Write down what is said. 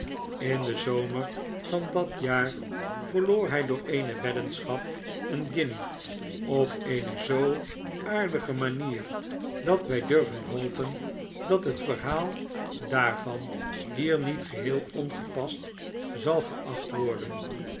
in den zomer van dat jaar verloor hij door eene weddenschap eene guinje op eene zoo aardige manier dat wij durven hopen dat het verhaal daarvan hier niet geheel ongepast zal geacht worden